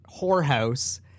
whorehouse